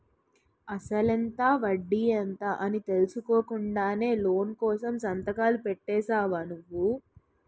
అసలెంత? వడ్డీ ఎంత? అని తెలుసుకోకుండానే లోను కోసం సంతకాలు పెట్టేశావా నువ్వు?